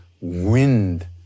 wind